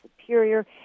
superior